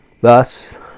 Thus